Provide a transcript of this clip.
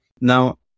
Now